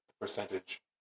percentage